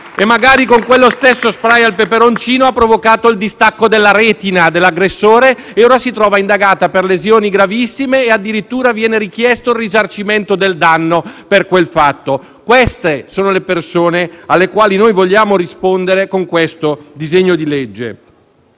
E magari con quello *spray* al peperoncino la ragazza ha provocato il distacco della retina dell'aggressore e ora si trova indagata per lesioni gravissime e, addirittura, le viene richiesto il risarcimento del danno. Queste sono le persone cui noi vogliamo rispondere con il disegno di legge